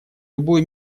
любую